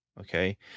Okay